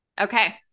Okay